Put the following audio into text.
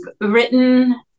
written